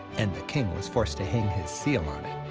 and the king was forced to hang his seal on it.